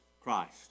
Christ